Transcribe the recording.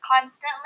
constantly